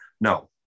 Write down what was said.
No